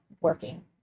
working